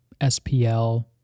SPL